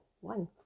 one